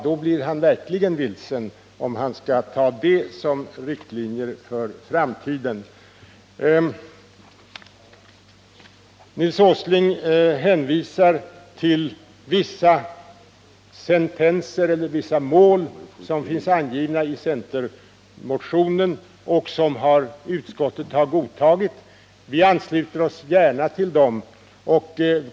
Den person som försöker ta den som riktlinje för framtiden blir verkligen vilsen. Nils Åsling hänvisar till vissa sentenser — mål — som finns angivna i centermotionen och som utskottet har godtagit. Vi ansluter oss gärna till dem.